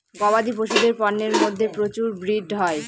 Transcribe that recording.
গবাদি পশুদের পন্যের মধ্যে প্রচুর ব্রিড হয়